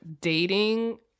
dating